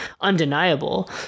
undeniable